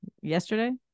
yesterday